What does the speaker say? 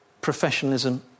professionalism